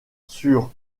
sur